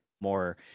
more